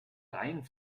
reihen